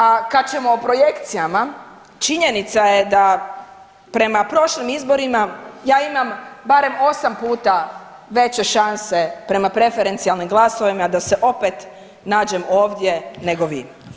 A kad ćemo o projekcijama činjenica je da prema prošlim izborima ja imam barem 8 puta veće šanse prema preferencijalnim glasovima da se opet nađem ovdje nego vi.